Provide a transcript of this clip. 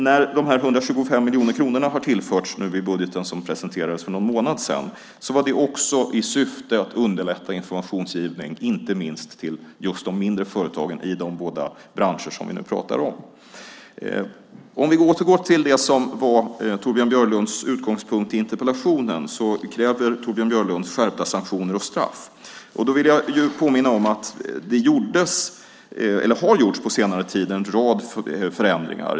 När de 125 miljonerna tillfördes i den budget som presenterades för någon månad sedan var det också i syfte att underlätta informationsgivning, inte minst till de mindre företagen i de båda branscher som vi nu pratar om. Vi kan då återgå till det som var Torbjörn Björlunds utgångspunkt i interpellationen. Torbjörn Björlund kräver skärpta sanktioner och straff. Då vill jag påminna om att det på senare tid har gjorts en rad förändringar.